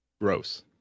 Gross